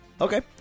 Okay